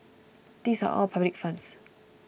these are all public funds